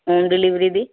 home delivery the